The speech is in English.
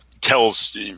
tells